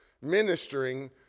ministering